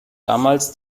damals